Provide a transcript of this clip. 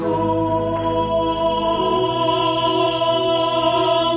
oh